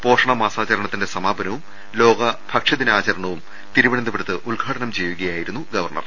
പോഷണ മാസാചരണത്തിന്റെ സമാപനവും ലോക ഭക്ഷ്യദിനാച രണവും തിരുവനന്തപുരത്ത് ഉദ്ഘാടനം ചെയ്യുകയായിരുന്നു ഗവർണർ